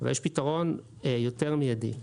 אבל יש פתרון יותר מיידי.